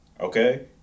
Okay